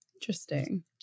Interesting